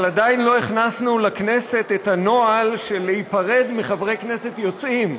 אבל עדיין לא הכנסנו לכנסת את הנוהל של להיפרד מחברי כנסת יוצאים,